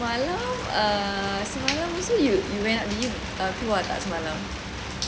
semalam uh semalam also you you went out did you keluar tak semalam